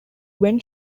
when